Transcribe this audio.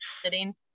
sitting